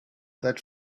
that